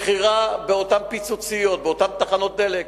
מכירה באותן "פיצוציות", באותן תחנות דלק,